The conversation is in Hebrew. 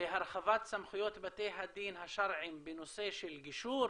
להרחבת סמכויות בתי הדין השרעיים בנושא של גישור